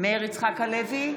מאיר יצחק הלוי,